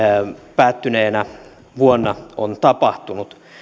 päättyneenä vuonna on tapahtunut